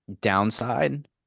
downside